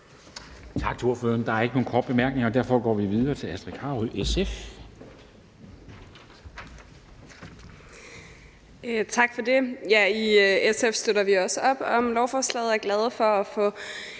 Tak til ordføreren. Der er ikke nogen korte bemærkninger, og derfor går vi videre til Astrid Carøe, SF.